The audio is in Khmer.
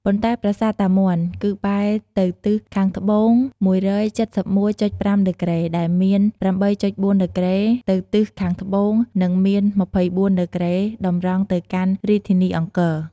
ប៉ុន្តែប្រាសាទតាមាន់ គឺបែរទៅទិសខាងត្បូង ១៧១.៥ ដឺក្រេ ដែលមាន ៨.៤ ដឺក្រេ ទៅទិសខាងត្បូង និង មាន ២៤ ដឺក្រេ តម្រង់ទៅកាន់រាជធានីអង្គរ។